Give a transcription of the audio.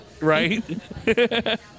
Right